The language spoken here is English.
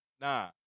Nah